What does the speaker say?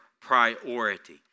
priority